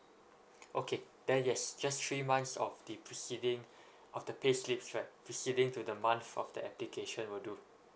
okay then yes just three months of the preceding of the payslips right preceding to the month of the application will do